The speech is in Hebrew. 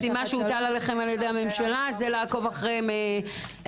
זו משימה שהוטלה עליכם על-ידי הממשלה לעקוב אחרי -- מעקב